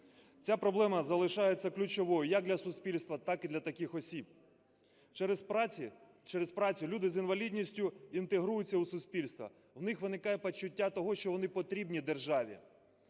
Ця проблема залишається ключовою як для суспільства, так і для таких осіб. Через працю люди з інвалідністю інтегруються у суспільство, у них виникає почуття того, що вони потрібні державі.